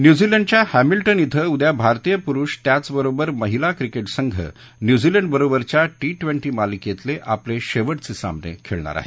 न्यूझीलंडच्या हॅमिल्टन श्वे उद्या भारतीय पुरुष त्याचबरोबर महिला क्रिकेट संघ न्यूझीलंडबरोबरच्या टी ट्वेंटी मालिकेतले आपले शेवटचे सामने खेळणार आहे